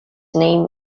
name